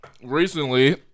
Recently